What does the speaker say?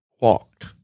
walked